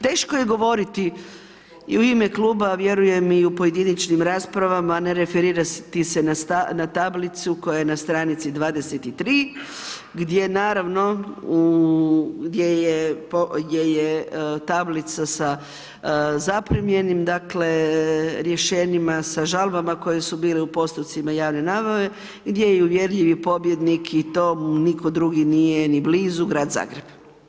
Teško je govoriti i u ime kluba, a vjerujem i u pojedinačnim raspravama, ne referirati se na tablicu koja je na str. 23 gdje naravno u, gdje je tablica sa zaprimljenim, dakle, rješenjima, sa žalbama koje su bile u postupcima javne nabave gdje je i uvjerljivi pobjednik i to mu nitko drugi nije ni blizu Grad Zagreb.